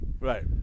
Right